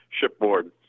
shipboard